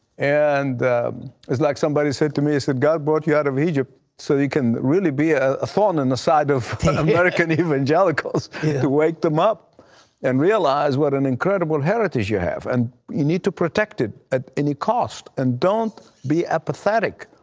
and it's like somebody said to me, god brought you out of egypt so you can be ah a thorn in the side of american evangelicals, to wake them up and realize what an incredible heritage you have, and you need to protect it at any cost, and don't be apathetic.